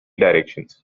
directions